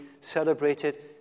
celebrated